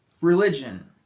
religion